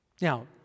Now